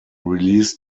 released